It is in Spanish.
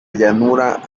llanura